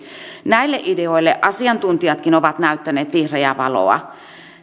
näille ideoille asiantuntijatkin ovat näyttäneet vihreää valoa